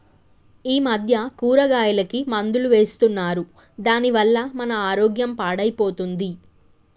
ఈ మధ్య కూరగాయలకి మందులు వేస్తున్నారు దాని వల్ల మన ఆరోగ్యం పాడైపోతుంది